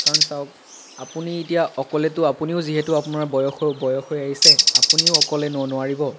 কাৰণ চাওক আপুনি এতিয়া অকলেতো আপুনিও যিহেতু আপোনাৰ বয়স হৈ বয়স হৈ আহিছে আপুনিও অকলে নো নোৱাৰিব